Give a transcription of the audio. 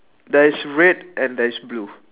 there is red and there is blue